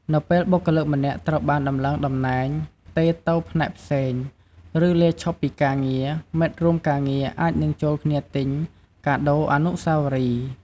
នៅពេលបុគ្គលិកម្នាក់ត្រូវបានដំឡើងតំណែង ផ្ទេរទៅផ្នែកផ្សេង ឬលាឈប់ពីការងារ មិត្តរួមការងារអាចនឹងចូលគ្នាទិញ កាដូរអនុស្សាវរីយ៍។